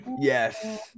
yes